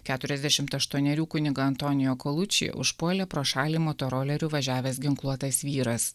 keturiasdešim aštuonių kunigą antonijų užpuolė pro šalį motoroleriu važiavęs ginkluotas vyras